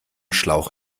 schlauch